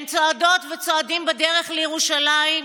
הם צועדות וצועדים בדרך לירושלים.